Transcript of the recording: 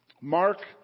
Mark